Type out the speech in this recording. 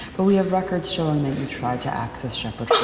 but we have records showing. that you tried to access shepherd